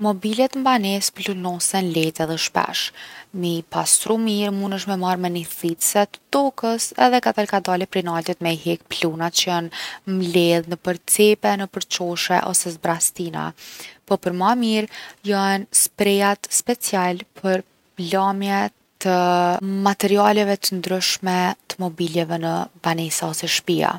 Mobiljet n’banesë pluhnoset shpejtë edhe shpesh. Me i pastru mirë munesh me marr me ni thithse t’tokës edhe kadal kadale prej naltit me i hek pluhnat që jon mledh nëpër cepe, nëpër qoshe ose zbrastina. Po për ma mirë jon sprejat special për lajme të materialeve t’ndryshme t’mobiljeve n’banesa ose shpija.